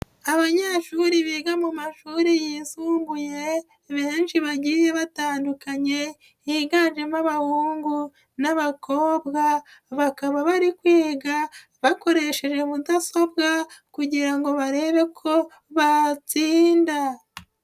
Abanyeshuri biga mu mashuri yisumbuye benshi bagiye batandukanye higanjemo abahungu n'abakobwa, bakaba bari kwiga bakoresheje mudasobwa kugira ngo barebe ko batsinda.